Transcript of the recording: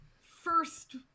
first